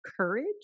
courage